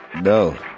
No